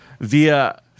via